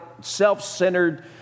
self-centered